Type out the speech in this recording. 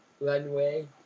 Runway